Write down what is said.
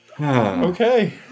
Okay